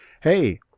Hey